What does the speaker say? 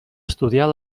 estudiar